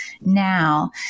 now